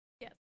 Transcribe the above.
yes